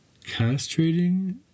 castrating